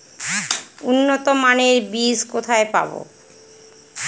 উন্নতমানের বীজ কোথায় পাব?